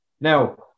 Now